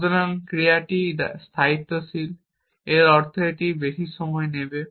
সুতরাং ক্রিয়াটি স্থায়িত্বশীল এর অর্থ এটি এত বেশি সময় নেয়